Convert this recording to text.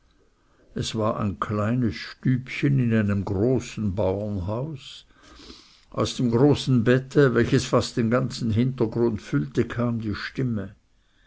es war ein kleines stübchen in einem großen baurenhause aus dem großen bette welches fast den ganzen hintergrund füllte kam die stimme